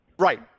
Right